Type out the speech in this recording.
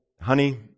Honey